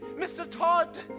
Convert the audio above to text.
mr. todd!